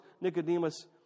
Nicodemus